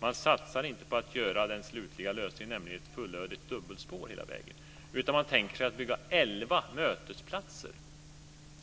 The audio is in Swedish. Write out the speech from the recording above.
man satsar inte på att göra den slutliga lösningen, nämligen ett fullödigt dubbelspår hela vägen, utan man tänker bygga elva mötesplatser.